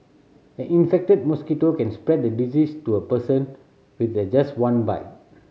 an infected mosquito can spread the disease to a person with the just one bite